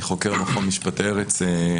אני חוקר במכון משפטי ארץ,